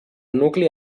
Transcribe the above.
nucli